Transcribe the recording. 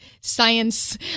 science